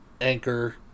anchor